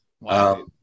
Wow